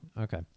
okay